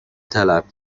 طلب